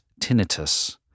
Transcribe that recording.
tinnitus